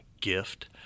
gift